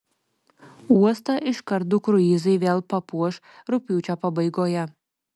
uostą iškart du kruizai vėl papuoš rugpjūčio pabaigoje